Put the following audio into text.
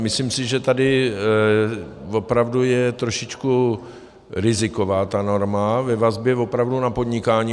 Myslím si, že tady opravdu je trošičku riziková ta norma ve vazbě na podnikání.